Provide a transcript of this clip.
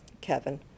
Kevin